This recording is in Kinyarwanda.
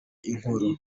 inkoro